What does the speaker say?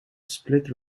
split